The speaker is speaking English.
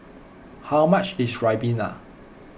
how much is Ribena